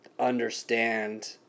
understand